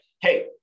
hey